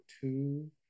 two